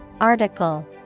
Article